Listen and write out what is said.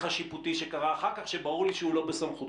השיפוטי שקרה אחר כך שברור לי שהוא לא בסמכותך.